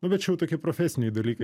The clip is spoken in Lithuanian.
nu bet čia jau tokie profesiniai dalykai